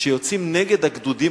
שיוצאים נגד הגדודים